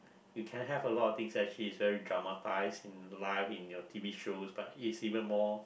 you can have a lot of things that she's very dramatized in life in your T_V shows but is even more